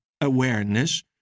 awareness